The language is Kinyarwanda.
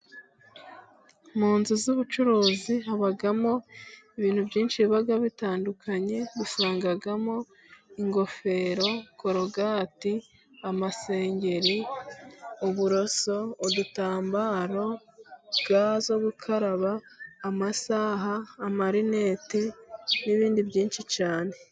Mu nzu z'ubucuruzi habamo ibintu byinshi biba bitandukanye, bisangamo: ingofero, korogate, amasengeri, uburoso, udutambaro, ga zo gukaraba, amasaha, amarinete n'ibindi byinshi cyane.